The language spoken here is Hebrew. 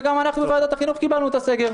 וגם אנחנו בוועדת החינוך קיבלנו את הסגר,